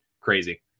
crazy